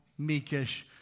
meekish